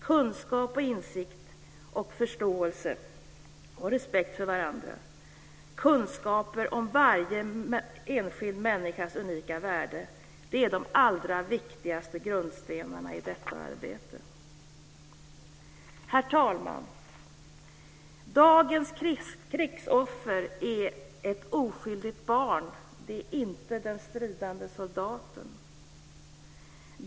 Kunskap, insikt, förståelse och respekt för varandra, kunskaper om varje enskild människas unika värde är de allra viktigaste grundstenarna i detta arbete. Herr talman! Dagens krigsoffer är ett oskyldigt barn. Det är inte den stridande soldaten.